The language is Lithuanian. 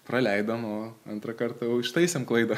praleidom o antrą kartą jau ištaisėm klaidą